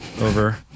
over